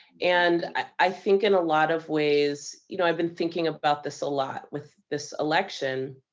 and i think in a lot of ways, you know i've been thinking about this a lot, with this election.